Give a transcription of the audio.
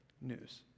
news